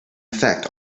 effect